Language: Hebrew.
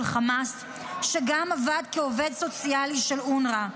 חמאס שגם עבד כעובד סוציאלי של אונר"א.